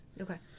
okay